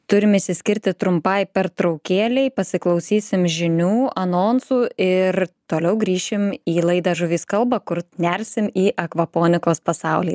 turim išsiskirti trumpai pertraukėlei pasiklausysim žinių anonsų ir toliau grįšim į laidą žuvys kalba kur nersim į akvaponikos pasaulį